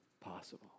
possible